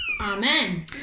Amen